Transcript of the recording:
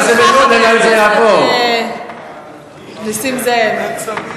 חבר הכנסת נסים זאב,